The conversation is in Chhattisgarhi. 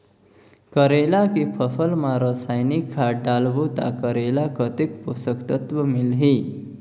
करेला के फसल मा रसायनिक खाद डालबो ता करेला कतेक पोषक तत्व मिलही?